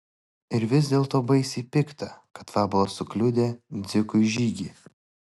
ir vis dėlto baisiai pikta kad vabalas sukliudė dzikui žygį